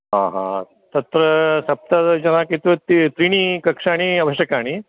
हा हा तत्र सप्तदशजाः इत्युक्त त्रीणि कक्षाणि अवश्यकानि